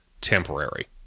temporary